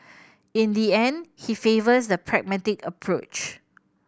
in the end he favours the pragmatic approach